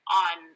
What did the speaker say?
on